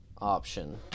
option